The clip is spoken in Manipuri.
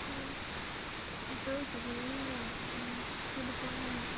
ꯑꯣ ꯑꯩꯈꯣꯏ ꯃꯃꯤꯡꯂꯣ ꯀꯥꯕꯤꯇꯥ ꯍꯥꯏꯕ